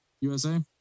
USA